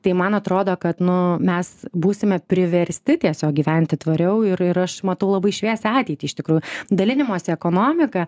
tai man atrodo kad nu mes būsime priversti tiesiog gyventi tvariau ir ir aš matau labai šviesią ateitį iš tikrųjų dalinimosi ekonomika